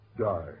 die